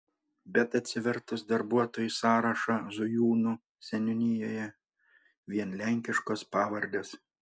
bet atsivertus darbuotojų sąrašą zujūnų seniūnijoje vien lenkiškos pavardes